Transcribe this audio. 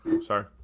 sorry